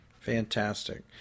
Fantastic